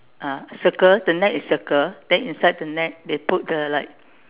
ah circle the net is circle then inside the net they put the like